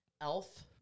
Elf